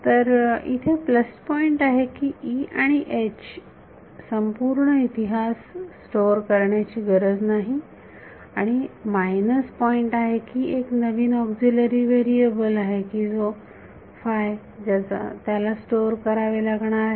तर इथे plus point आहे की E आणि H संपूर्ण इतिहास स्टोअर करण्याची गरज नाही आणि मायनस पॉईंट आहे ही एक नवीन ऑक्सिलरी वेरिएबल की जो आहे त्याला स्टोअर करावे लागणार आहे